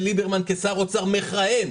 של ליברמן כשר אוצר מכהן,